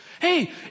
Hey